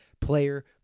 Player